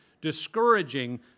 discouraging